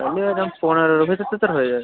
আমি ওইরকম পনেরোর ভেতর টেতর হয়ে যাবে